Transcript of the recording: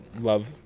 love